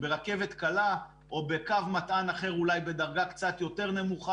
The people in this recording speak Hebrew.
ברכבת קלה או בקו מתע"ן אחר אולי בדרגה קצת יותר נמוכה